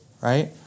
right